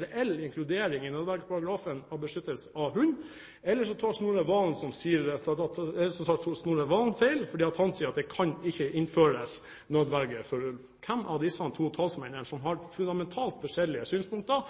reell inkludering i nødvergeparagrafen av beskyttelse av hund, eller så tar Snorre Serigstad Valen feil, for han sier at det kan ikke innføres nødverge for ulv. Hvilken av disse to talsmennene, som har fundamentalt forskjellige synspunkter,